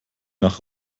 nach